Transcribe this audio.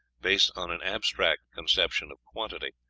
based on an abstract conception of quantity,